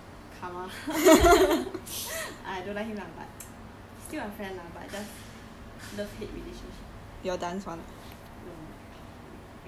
but go up to his face and say eh karma i don't like him lah but still a friend lah but just love hate relationship